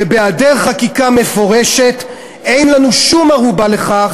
ובהיעדר חקיקה מפורשת אין לנו שום ערובה לכך